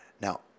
Now